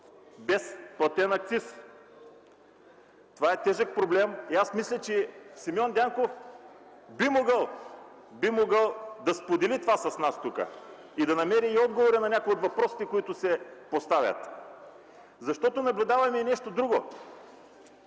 без платен акциз. Това е тежък проблем и мисля, че Симеон Дянков би могъл да сподели това с нас тук и да намери отговора на някои от въпросите, които се поставят. Наблюдаваме и нещо друго